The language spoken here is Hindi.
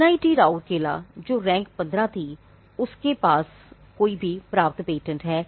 एनआईटी की है